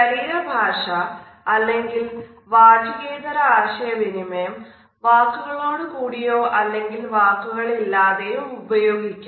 ശരീര ഭാഷ അല്ലെങ്കിൽ വാചികേതര ആശയവിനിമയം വാക്കുകളോട് കൂടിയോ അല്ലെങ്കിൽ വാക്കുകളില്ലാതെയും ഉപയോഗിക്കാം